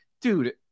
dude